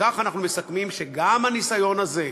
וכך אנחנו מסכמים שגם הניסיון הזה,